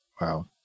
Wow